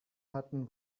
hatten